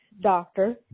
doctor